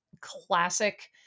classic